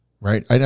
right